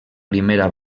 primera